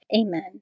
Amen